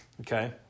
Okay